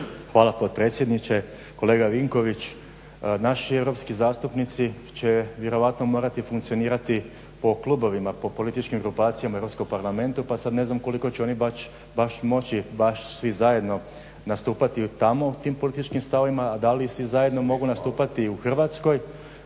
Hvala potpredsjedniče. Kolega Vinković, naši europski zastupnici će vjerojatno morati funkcionirati po klubovima, po političkim grupacijama u Europskom parlamentu pa sada ne znam koliko će oni baš moći baš svi zajedno nastupati tamo u tim političkim stavovima. A da li svi zajedno mogu nastupati u Hrvatskoj,